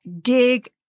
dig